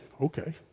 okay